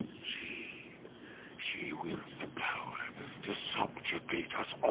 she she wields the power to subjugate us